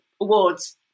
awards